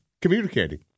communicating